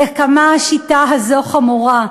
על כמה השיטה הזו חמורה.